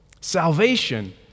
salvation